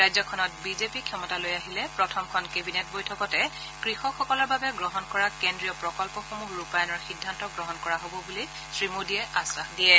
ৰাজ্যখনত বিজেপি ক্ষমতালৈ আহিলে প্ৰথমখন কেবিনেট বৈঠকতে কৃষকসকলৰ বাবে গ্ৰহণ কৰা কেন্দ্ৰীয় প্ৰকল্পসমূহ ৰূপায়ণৰ সিদ্ধান্ত গ্ৰহণ কৰা হব বুলি শ্ৰী মোদীয়ে আশ্বাস দিয়ে